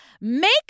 make